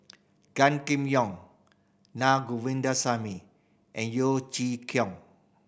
Gan Kim Yong Naa Govindasamy and Yeo Chee Kiong